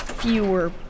Fewer